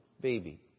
baby